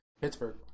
Pittsburgh